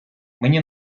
мені